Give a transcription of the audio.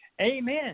amen